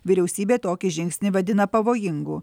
vyriausybė tokį žingsnį vadina pavojingu